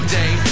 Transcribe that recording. day